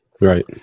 Right